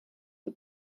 for